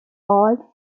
all